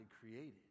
created